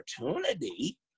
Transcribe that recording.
opportunity